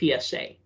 psa